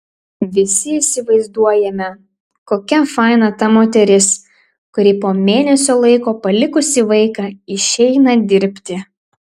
visi įsivaizduojame kokia faina ta moteris kuri po mėnesio laiko palikusi vaiką išeina dirbti